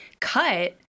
cut